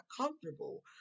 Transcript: comfortable